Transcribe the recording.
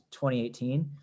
2018